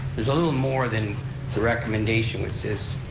there's a little more than the recommendation, which says,